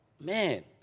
Man